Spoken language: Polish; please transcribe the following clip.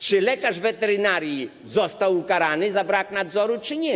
Czy lekarz weterynarii został ukarany za brak nadzoru, czy nie?